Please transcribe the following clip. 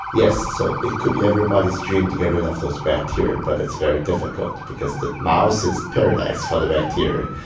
yes. so it could be everybody's dream to get rid of those bacteria. but it's very difficult because the mouth is paradise for the bacteria.